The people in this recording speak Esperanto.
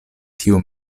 tiu